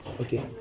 okay